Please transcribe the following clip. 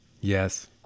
Yes